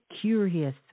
curious